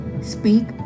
speak